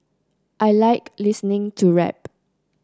I like listening to rap